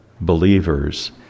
believers